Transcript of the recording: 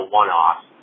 one-off